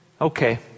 Okay